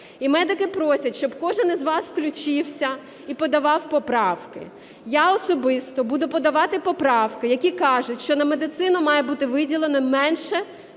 І медики просять, щоб кожен з вас включився і подавав поправки. Я особисто буду подавати поправки, які кажуть, що на медицину має бути виділено не